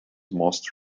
most